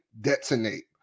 detonate